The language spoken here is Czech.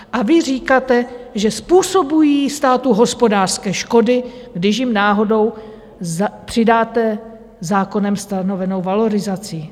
A vy říkáte, že způsobují státu hospodářské škody, když jim náhodou přidáte zákonem stanovenou valorizaci.